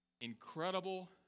incredible